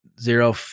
zero